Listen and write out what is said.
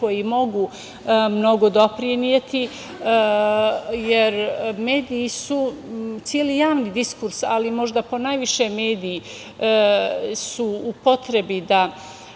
koji mogu mnogo doprineti, jer celi javni diskurs, ali možda ponajviše mediji su u potrebi da